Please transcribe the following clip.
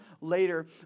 later